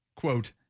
Quote